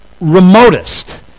remotest